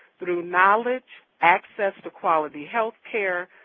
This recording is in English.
through knowledge, access to quality health care,